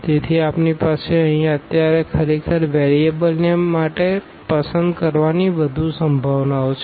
તેથી આપણી પાસે અહીં અત્યારે ખરેખર વેરિયેબલ્સને માટે પસંદ કરવાની વધુ સંભાવનાઓ છે